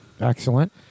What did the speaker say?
Excellent